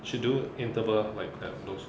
should do interval like have those